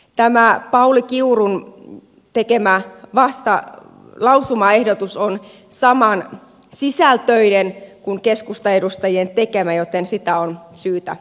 tämä pauli kiurun tekemä lausumaehdotus on samansisältöinen kuin keskustaedustajien tekemä joten sitä on syytä kannattaa